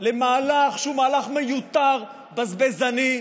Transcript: למהלך שהוא מהלך מיותר, בזבזני,